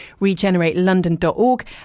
regeneratelondon.org